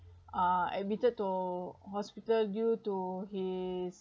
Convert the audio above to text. uh admitted to hospital due to his